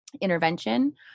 intervention